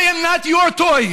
I am not your toy.